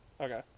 Okay